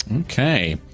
Okay